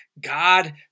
God